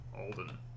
Alden